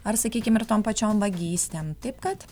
ar sakykim ir tom pačiom vagystėm taip kad